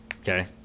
Okay